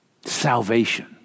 Salvation